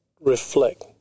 reflect